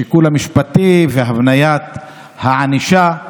שיקול הדעת המשפטי והבניית הענישה,